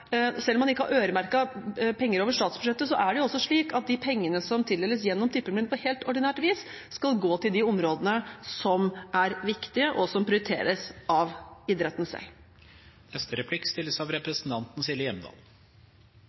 penger over statsbudsjettet, er det også slik at de pengene som tildeles gjennom tippemidlene på helt ordinært vis, skal gå til de områdene som er viktige, og som prioriteres av